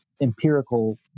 empirical